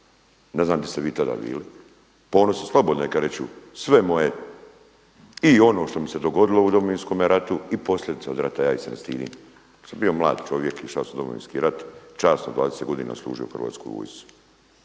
ne znam gdje ste vi tada bili, ponosan. Slobodno neka reču sve moje i ono što mi se dogodilo u Domovinskome ratu i posljedica od rata, ja ih se ne stidim. Ja sam bio mlad čovjek išao sam u Domovinski rat, časno 20 godina služio hrvatskoj vojsci.